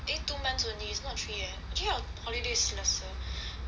eh two months only it's not three eh actually our holiday is lesser